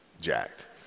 jacked